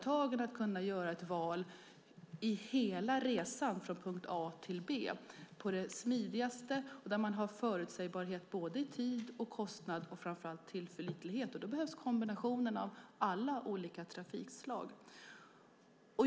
Det handlar om att de ska kunna göra ett val för hela resan från punkt A till punkt B på det smidigaste sättet. Där ska de också ha förutsägbarhet i både tid och kostnad och framför allt tillförlitlighet. Då behövs kombinationen av alla olika trafikslag.